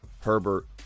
Herbert